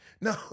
No